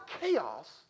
chaos